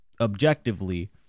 objectively—